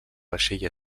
vaixell